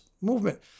movement